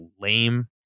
lame